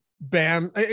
Bam